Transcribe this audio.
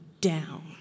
down